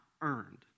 earned